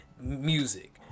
music